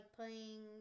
playing